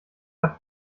hat